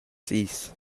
sis